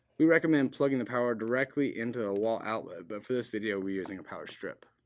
we recommend plugging the power directly into a wall outlet, but for this video, we are using a power strip.